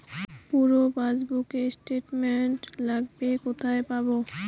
পুরো পাসবুকের স্টেটমেন্ট লাগবে কোথায় পাব?